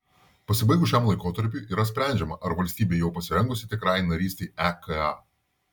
pasibaigus šiam laikotarpiui yra sprendžiama ar valstybė jau pasirengusi tikrajai narystei eka